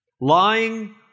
Lying